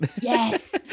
yes